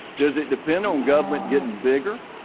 does it depend on government getting bigger?